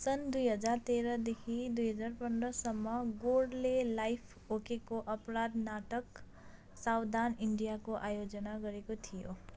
सन् दुई हजार तेह्रदेखि दुई हजार पन्ध्रसम्म गोरले लाइफ ओकेको अपराध नाटक सावधान इन्डियाको आयोजना गरेको थियो